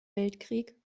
weltkrieg